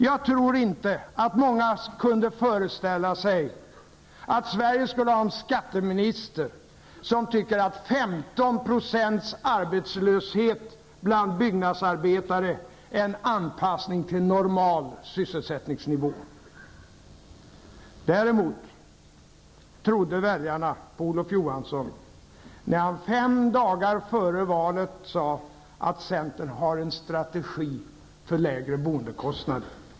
Jag tror inte att många kunde föreställa sig att Sverige skulle få en skatteminister som tycker att 15 % arbetslöshet bland byggnadsarbetare är en anpassning till en normal sysselsättningsnivå. Däremot trodde väljarna på Olof Johansson när han fem dagar före valet sade att centern har en strategi för lägre boendekostnader.